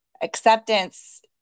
acceptance